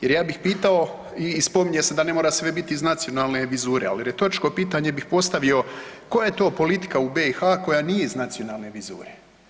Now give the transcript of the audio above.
Jer ja bih pitao i spominje se da ne mora sve biti iz nacionalne vizure, ali retoričko pitanje bih postavio koja je to politika u BiH koja nije iz nacionalne vizure?